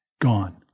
Gone